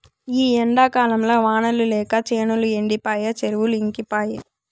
ఈ ఎండాకాలంల వానలు లేక చేనులు ఎండిపాయె చెరువులు ఇంకిపాయె